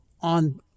on